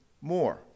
more